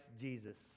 Jesus